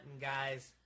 guys